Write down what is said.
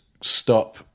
stop